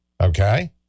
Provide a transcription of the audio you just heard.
okay